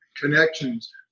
connections